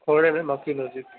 کھوڑے سے مکّی مسجد